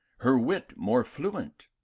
her wit more fluent.